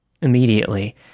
Immediately